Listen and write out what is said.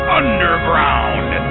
underground